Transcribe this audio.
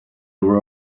were